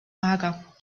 mager